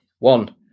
One